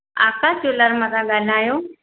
आकाश jeweller मां था ॻाल्हायो